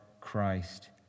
Christ